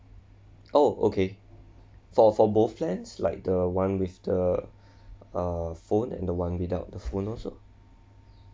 oh okay for for both plans like the one with the uh phone and the one without the phone also